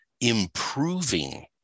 improving